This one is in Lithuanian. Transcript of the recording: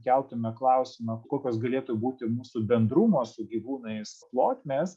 keltume klausimą kokios galėtų būti mūsų bendrumo su gyvūnais plotmės